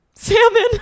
Salmon